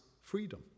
freedom